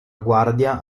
guardia